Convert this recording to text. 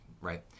right